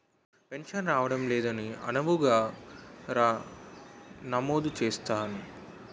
pension రావడం లేదని అన్నావుగా రా నమోదు చేస్తాను